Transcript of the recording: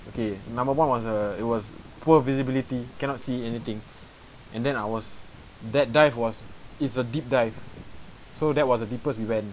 okay number one was uh it was poor visibility cannot see anything and then I was that dive was it's a deep dive so that was the deepest we went